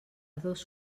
dos